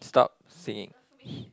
stop singing